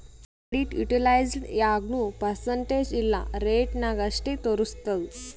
credit utilised ಯಾಗ್ನೂ percentage ಇಲ್ಲಾ rate ನಾಗ್ ಅಷ್ಟೇ ತೋರುಸ್ತುದ್